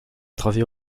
travée